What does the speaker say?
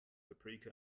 paprika